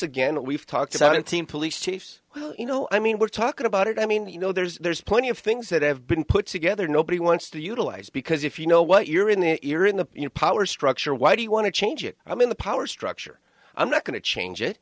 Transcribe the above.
again we've talked about in team police chiefs you know i mean we're talking about it i mean you know there's there's plenty of things that have been put together nobody wants to utilize because if you know what you're in the ear in the you know power structure why do you want to change it i mean the power structure i'm not going to change it